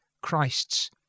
Christ's